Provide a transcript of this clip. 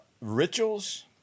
rituals